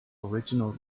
original